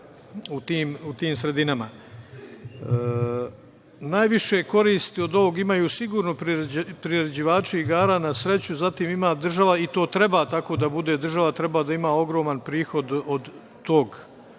u tim sredinama. Najviše koristi od ovog imaju sigurno priređivači igara na sreću, zatim ima država, i to treba tako da bude, država treba da ima ogroman prihod od tog